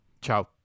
Ciao